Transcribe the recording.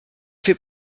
fait